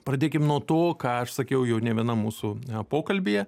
pradėkim nuo to ką aš sakiau jau ne vienam mūsų pokalbyje